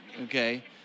okay